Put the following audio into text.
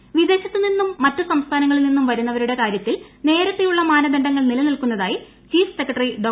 കൃവീദേശത്ത് നിന്നും മറ്റ് സംസ്ഥാനങ്ങളിൽ നിന്നും വരുന്നവരുടെ കാര്യത്തിൽ നേരത്തേയുള്ള മാനദണ്ഡ്ങ്ങൾ നിലനിൽക്കുന്നതായി ചീഫ് സെക്രട്ടറി ഡോ